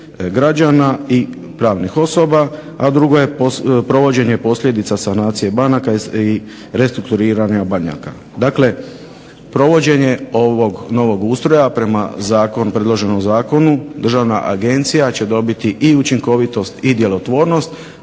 građana i pravnih osoba,a drugo je provođenje posljedica sanacija banaka i restrukturiranja banaka. Dakle, provođenje ovog novog ustroja prema predloženom Zakonu državna agencija će dobiti i učinkovitost i djelotvornost